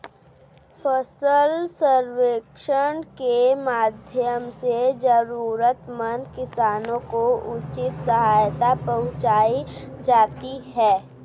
फसल सर्वेक्षण के माध्यम से जरूरतमंद किसानों को उचित सहायता पहुंचायी जाती है